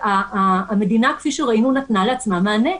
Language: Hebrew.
המדינה, כפי שראינו, נתנה לעצמה מענה.